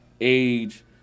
age